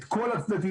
את כל הצדדים,